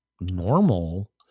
normal